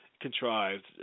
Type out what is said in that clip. contrived